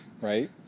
Right